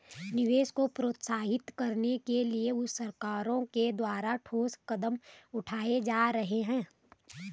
निवेश को प्रोत्साहित करने के लिए सरकारों के द्वारा ठोस कदम उठाए जा रहे हैं